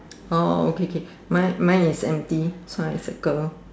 oh okay K mine mine is empty so I circle